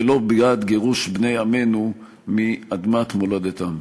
ולא בעד גירוש בני עמנו מאדמת מולדתם.